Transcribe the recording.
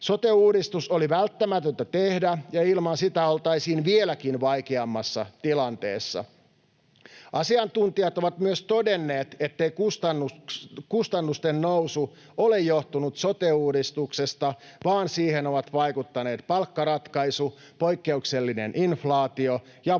Sote-uudistus oli välttämätöntä tehdä, ja ilman sitä oltaisiin vieläkin vaikeammassa tilanteessa. Asiantuntijat ovat myös todenneet, ettei kustannusten nousu ole johtunut sote-uudistuksesta, vaan siihen ovat vaikuttaneet palkkaratkaisu, poikkeuksellinen inflaatio ja